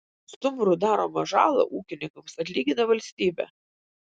stumbrų daromą žalą ūkininkams atlygina valstybė